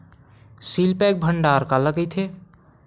Seal pack भंडारण काला कइथे?